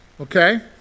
okay